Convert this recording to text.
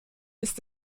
ist